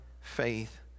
faith